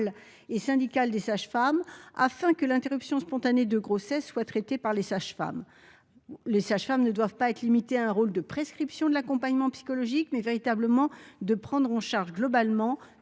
et syndicale des sages-femmes (UNSSF) afin que l'interruption spontanée de grossesse soit traitée par la profession. Les sages-femmes ne doivent pas être limitées à un rôle de prescription de l'accompagnement psychologique : elles doivent véritablement prendre en charge dans